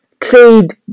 trade